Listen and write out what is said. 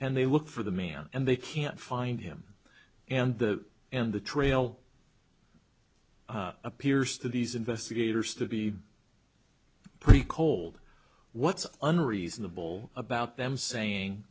and they look for the man and they can't find him and the and the trail appears to these investigators to be pretty cold what's unreasonable about them saying